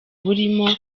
burimo